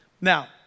Now